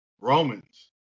Romans